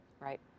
Right